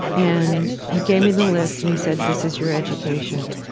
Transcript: and he gave me the list and he said this is your education.